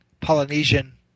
Polynesian